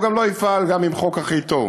הוא לא יפעל גם אם החוק הכי טוב.